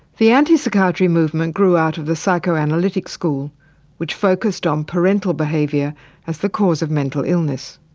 the anti-psychiatry movement grew out of the psychoanalytic school which focused on parental behaviour as the cause of mental illness.